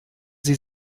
sie